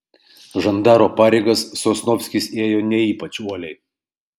žandaro pareigas sosnovskis ėjo ne ypač uoliai